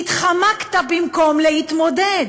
התחמקת במקום להתמודד.